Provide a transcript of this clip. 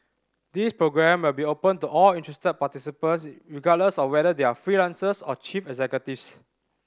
this programme will be open to all interested participants regardless of whether they are freelancers or chief executives